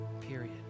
period